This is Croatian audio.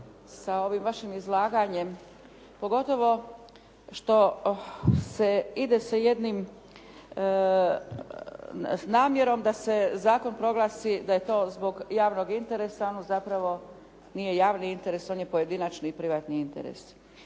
sa ovim vašim izlaganjem pogotovo što se ide sa jednim namjerom da se zakon proglasi da je to zbog javnog interesa a ono zapravo nije javni interes, on je pojedinačni i privatni interes.